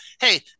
hey